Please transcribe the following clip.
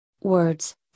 words